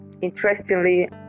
Interestingly